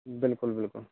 बिल्कुल बिल्कुल